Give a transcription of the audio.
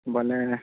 ବୋଲେ